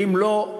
ואם לא,